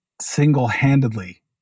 single-handedly